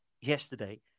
yesterday